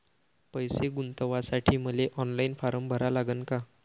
पैसे गुंतवासाठी मले ऑनलाईन फारम भरा लागन का?